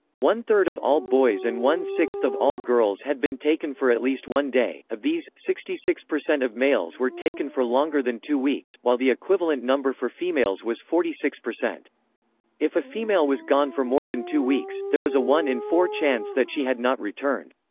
one-third of all boys and one-sixth of all girls had been taken for at least one day of these, sixty six percent of males were taken for longer than two weeks, while the equivalent number for females was forty six. if a female was gone for more than two weeks, there was a one in four chance that she had not returned.